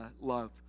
love